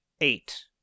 Eight